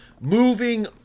Moving